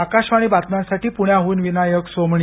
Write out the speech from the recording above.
आकाशवाणी बातम्यांसाठी पुण्याहून विनायक सोमणी